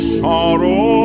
sorrow